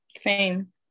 Fame